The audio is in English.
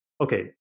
okay